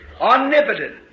Omnipotent